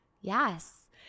Yes